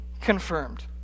confirmed